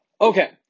Okay